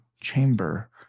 chamber